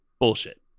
Bullshit